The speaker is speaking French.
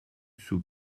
sous